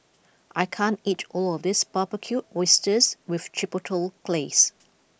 I can't eat all of this Barbecued Oysters with Chipotle Glaze